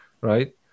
right